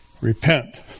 Repent